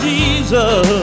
Jesus